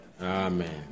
amen